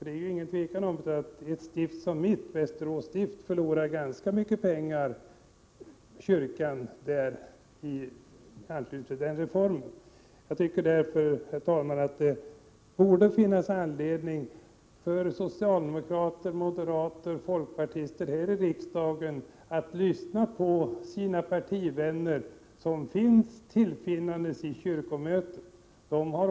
Det är inget tvivel om att ett stift som det där jag bor, Västerås stift, förlorar ganska mycket pengar på den reformen. Jag tycker, herr talman, att det borde finnas anledning för socialdemokrater, moderater och folkpartister här i riksdagen att lyssna på de partivänner som de har vid kyrkomötet.